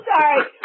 sorry